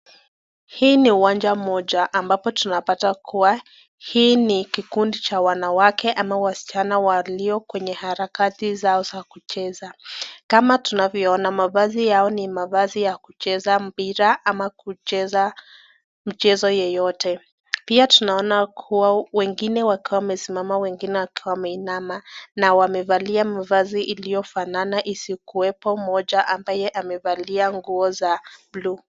Hii ni uwanja moja ambapo tunapata kuwa hii ni kikundi cha wanawake ama wasichana waliyo kwenye harakati zao za kucheza. Kama tunavyoona mavazi yao ni mavazi ya kucheza mpira ama kucheza mchezo yeyote. Pia tunaona kuwa wengine wakiwa wamesimama wengine wakiwa wameinama, na wamevalia mavazi iliyofanana isipokuwa mmoja ambaye amevalia nguo za buluu.